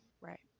Right